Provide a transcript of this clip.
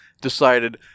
decided